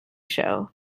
show